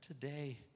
Today